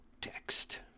Text